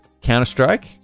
Counter-Strike